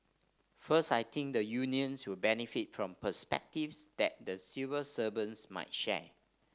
first I think the unions will benefit from perspectives that the civil servants might share